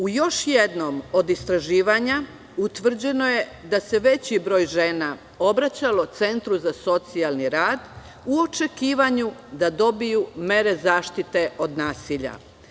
U još jednom od istraživanja utvrđeno je da se veći broj žena obraćalo Centru za socijalni rad, u očekivanju da dobiju mere zaštite od nasilja.